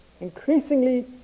Increasingly